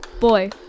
Boy